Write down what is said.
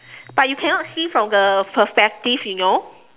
but you cannot see from the perspective you know